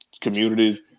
community